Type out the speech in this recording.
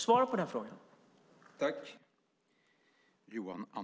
Svara på den frågan!